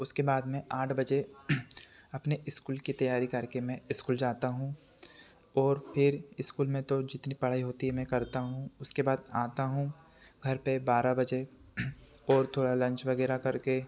उसके बाद मैं आठ बजे अपने इस्कूल की तैयारी करके मैं इस्कूल जाता हूँ और फिर इस्कूल में तो जितनी पढ़ाई होती है मैं करता हूँ उसके बाद आता हूँ घर पे बारा बजे और थोड़ा लंच वगैरह करके